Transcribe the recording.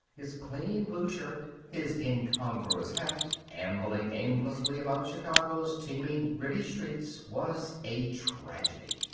his clean blue shirt, his incongruous hat, ambling aimlessly about chicago's teeming, gritty streets, was a tragedy.